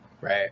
right